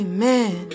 Amen